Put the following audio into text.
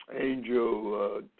angel